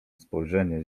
spojrzenie